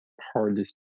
hardest